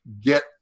get